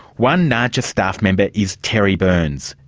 one naaja staff member is terry byrnes.